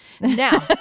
Now